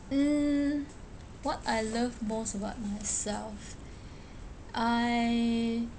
mm what I love most about myself I